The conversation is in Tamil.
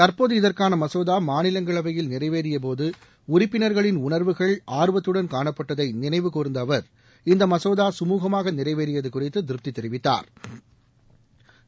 தற்போது இதற்கான மசோதா மாநிலங்ளவையில் நிறைவேறிய போது உறுப்பினர்களின் உணர்வுகள் ஆர்வத்துடன் காணப்பட்டதை நினைவு கூர்ந்த அவர் இந்த மசோதா கமுகமாக நிறைவேறியது குறிதது திருப்தி தெரிவித்தாா்